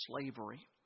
slavery